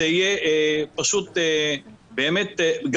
זה יהיה גם מבורך,